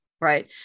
right